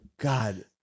God